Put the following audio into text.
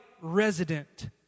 resident